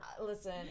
Listen